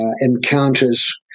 encounters